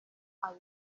ayo